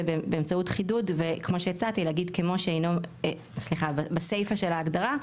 באמצעות חידוד וכמו שהצעתי בסיפה של ההגדרה,